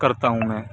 کرتا ہوں میں